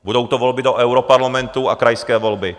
Budou to volby do europarlamentu a krajské volby.